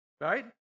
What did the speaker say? right